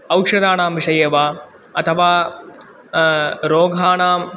औषधानां विषये वा अथवा रोगाणाम्